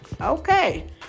Okay